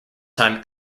time